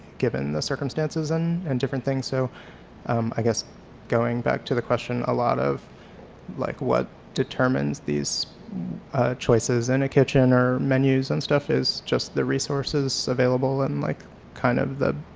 given the circumstances and and different things. so i guess going back to the question, a lot of like what determines these choices in and a kitchen or menus and stuff is just the resources available and like kind of the,